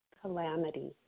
calamity